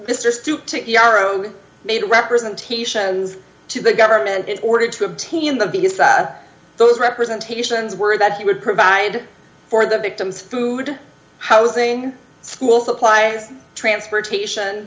yarrow made representations to the government in order to obtain the biggest those representations were that he would provide for the victims food housing school supplies transportation